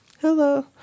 Hello